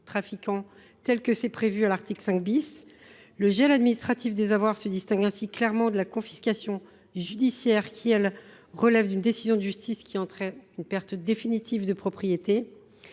Le gel administratif des avoirs se distingue ainsi clairement de la confiscation judiciaire, qui relève, quant à elle, d’une décision de justice entraînant la perte définitive de propriété.